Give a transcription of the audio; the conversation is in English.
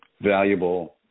valuable